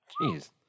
Jeez